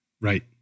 Right